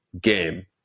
game